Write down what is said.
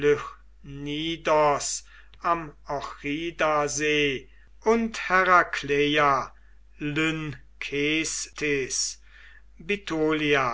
am ochrida see und herakleia lynkestis